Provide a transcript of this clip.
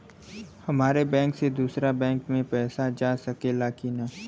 हमारे बैंक से दूसरा बैंक में पैसा जा सकेला की ना?